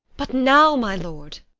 but now, my lord.